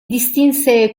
distinse